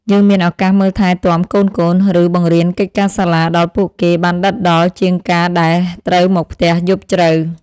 យើងមានឱកាសមើលថែទាំកូនៗ ឬបង្រៀនកិច្ចការសាលាដល់ពួកគេបានដិតដល់ជាងការដែលត្រូវមកផ្ទះយប់ជ្រៅ។